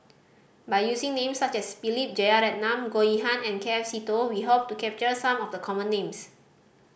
by using names such as Philip Jeyaretnam Goh Yihan and K F Seetoh we hope to capture some of the common names